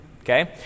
Okay